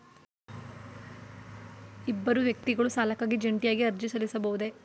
ಇಬ್ಬರು ವ್ಯಕ್ತಿಗಳು ಸಾಲಕ್ಕಾಗಿ ಜಂಟಿಯಾಗಿ ಅರ್ಜಿ ಸಲ್ಲಿಸಬಹುದೇ?